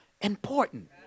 important